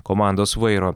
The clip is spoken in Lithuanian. komandos vairo